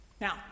Now